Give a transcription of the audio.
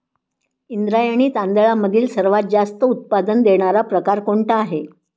इंद्रायणी तांदळामधील सर्वात जास्त उत्पादन देणारा प्रकार कोणता आहे?